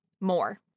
more